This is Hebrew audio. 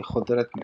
היא חודלת מכך.